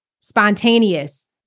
Spontaneous